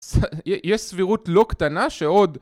יש סבירות לא קטנה שעוד יש חולים בקורונה למרות שהיא הייתה לפני 4 שנים.